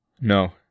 No